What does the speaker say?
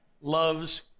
loves